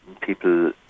people